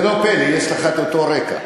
זה לא פלא, יש לך אותו הרקע.